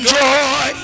joy